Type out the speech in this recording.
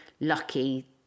lucky